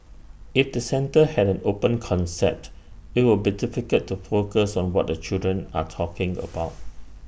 if the centre had an open concept it'd be difficult to focus on what the children are talking about